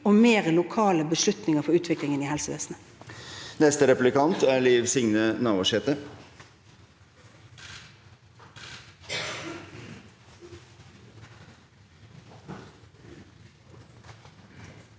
og flere lokale beslutninger for utviklingen i helsevesenet.